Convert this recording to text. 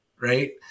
Right